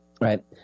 Right